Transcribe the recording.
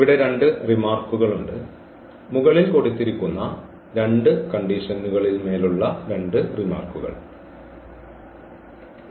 ഇവിടെ 2 റിമാർക്കുകൾ മുകളിൽ കൊടുത്തിരിക്കുന്ന 2 കണ്ടീഷനുകളിന്മേൽ 2 റിമാർക്കുകളുണ്ട്